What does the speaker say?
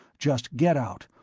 just get out,